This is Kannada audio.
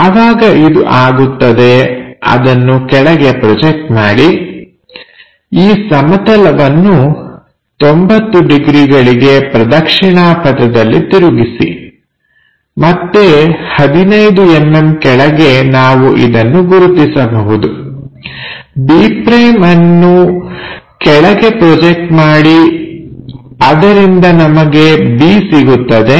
ಯಾವಾಗ ಇದು ಆಗುತ್ತದೆ ಅದನ್ನು ಕೆಳಗೆ ಪ್ರೊಜೆಕ್ಟ್ ಮಾಡಿ ಈ ಸಮತಲವನ್ನು 90 ಡಿಗ್ರಿಗಳಿಗೆ ಪ್ರದಕ್ಷಿಣಾ ಪಥದಲ್ಲಿ ತಿರುಗಿಸಿ ಮತ್ತೆ 15mm ಕೆಳಗೆ ನಾವು ಇದನ್ನು ಗುರುತಿಸಬಹುದು b' ಅನ್ನು ಕೆಳಗೆ ಪ್ರೊಜೆಕ್ಟ್ ಮಾಡಿ ಅದರಿಂದ ನಮಗೆ b ಸಿಗುತ್ತದೆ